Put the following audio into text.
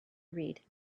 read